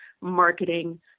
marketing